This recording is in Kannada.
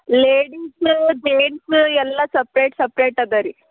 ಲೇಡಿಸ್ ಜೆಂಡ್ಸ್ ಎಲ್ಲ ಸಪ್ರೇಟ್ ಸಪ್ರೇಟ್ ಅದರಿ